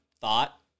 thought